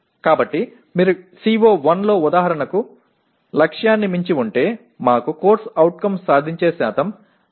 కాబట్టి మీరు CO1 లో ఉదాహరణకు లక్ష్యాన్ని మించి ఉంటే మాకు CO సాధించే శాతం 62